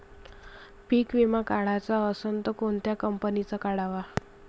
पीक विमा काढाचा असन त कोनत्या कंपनीचा काढाव?